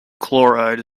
chloride